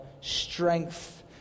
strength